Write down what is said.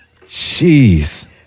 Jeez